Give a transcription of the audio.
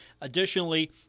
Additionally